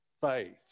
faith